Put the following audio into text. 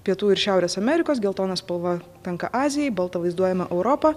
pietų ir šiaurės amerikos geltona spalva tenka azijai balta vaizduojama europa